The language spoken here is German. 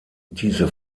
diese